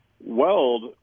Weld